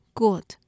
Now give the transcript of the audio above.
good